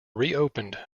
reopened